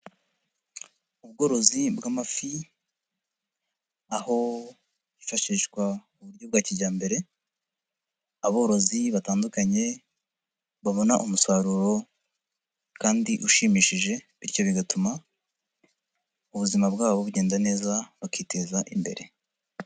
Ubworozi bw'amafi aho hifashishwa uburyo bwa kijyambere, aborozi batandukanye babona umusaruro kandi ushimishije, bityo bigatuma ubuzima bwabo bugenda neza bakiteza imbere.